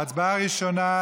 ההצבעה הראשונה,